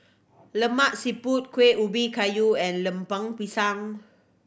Lemak Siput Kueh Ubi Kayu and Lemper Pisang